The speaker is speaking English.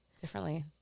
differently